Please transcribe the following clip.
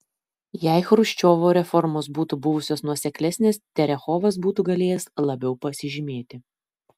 jei chruščiovo reformos būtų buvusios nuoseklesnės terechovas būtų galėjęs labiau pasižymėti